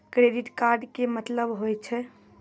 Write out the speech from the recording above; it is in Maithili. क्रेडिट कार्ड के मतलब होय छै?